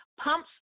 Pumps